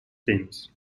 themes